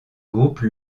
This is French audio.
groupe